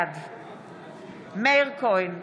בעד מאיר כהן,